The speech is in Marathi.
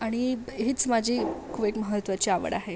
आणि हीच माझी एक महत्त्वाची आवड आहे